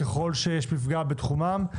ככל שיש מפגע בתחומם,